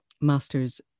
master's